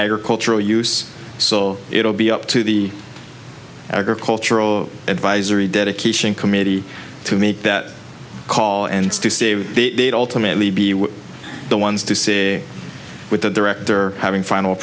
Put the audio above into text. agricultural use so it'll be up to the agricultural advisory dedication committee to make that call and to save the ultimate may be the ones to see with the director having final